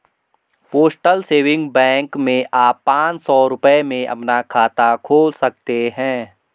postal saving bank में आप पांच सौ रूपये में अपना खाता खोल सकते हैं